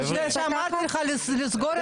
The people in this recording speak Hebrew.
זה שאמרתי לך לסגור את הפה?